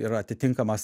yra atitinkamas